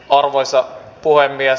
arvoisa puhemies